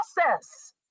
process